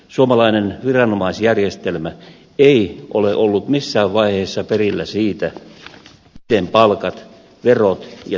suomalainen viranomaisjärjestelmä ei ole ollut missään vaiheessa perillä siitä miten palkat verot ja sosiaalivakuutusmaksut hoidetaan